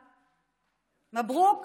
מברוכ,